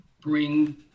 bring